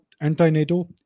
anti-NATO